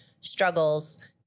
struggles